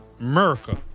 America